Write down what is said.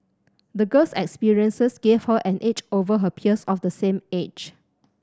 the girl's experiences gave her an edge over her peers of the same age